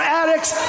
addicts